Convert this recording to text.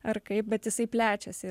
ar kaip bet jisai plečiasi